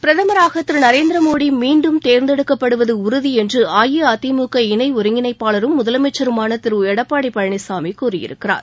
பிரதமராக திரு நரேந்திர மோடி மீண்டும் தேர்ந்தெடுக்கப்படுவது உறுதி என்று அஇஅதிமுக இணை ஒருங்கிணைப்பாளரும் முதலமைச்சருமான திரு எடப்பாடி பழனிசாமி கூறியிருக்கிறார்